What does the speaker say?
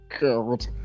God